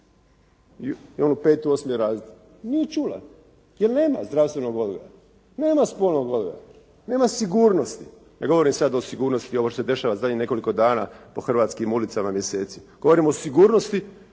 prije 5 u osmi razred. Nije čula, jer nema zdravstvenog odgoja, nema spolnog odgoja, nema sigurnosti. Ne govorim sad o sigurnosti ovo što se dešava zadnjih nekoliko dana po hrvatskim ulicama, mjeseci. Govorim o sigurnosti,